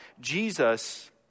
Jesus